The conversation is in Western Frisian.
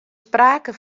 sprake